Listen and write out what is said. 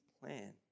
plan